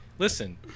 Listen